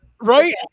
Right